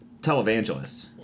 televangelists